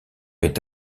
est